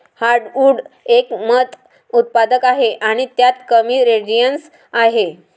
heartwood एक मंद उत्पादक आहे आणि त्यात कमी रेझिनस आहे